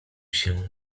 się